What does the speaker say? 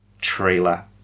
trailer